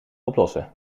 oplossen